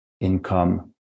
income